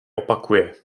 opakuje